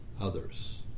others